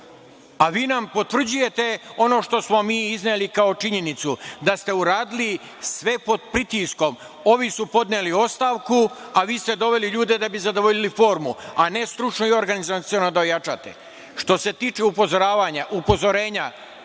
A vi nam potvrđujete ono što smo mi izneli kao činjenicu da ste uradili sve pod pritiskom, ovi su podneli ostavku, a vi ste doveli ljude da bi zadovoljili formu, a ne stručno i organizaciono da jačate. Što se tiče upozorenja, kolega,